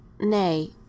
nay